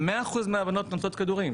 100% מהבנות נוטלות כדורים.